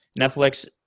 Netflix